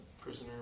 Prisoner